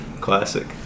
classic